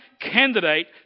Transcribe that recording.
candidate